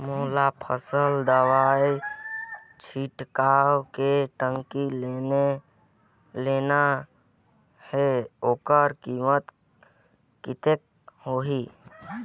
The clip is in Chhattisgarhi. मोला फसल मां दवाई छिड़काव के टंकी लेना हे ओकर कीमत कतेक होही?